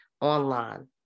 online